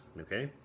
Okay